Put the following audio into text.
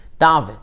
David